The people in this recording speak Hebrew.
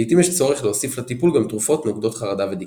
לעיתים יש צורך להוסיף לטיפול גם תרופות נוגדות חרדה ודיכאון.